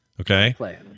okay